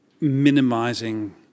minimizing